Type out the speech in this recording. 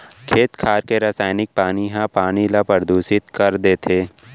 खेत खार के रसइनिक पानी ह पानी ल परदूसित कर देथे